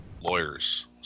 lawyers